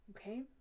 Okay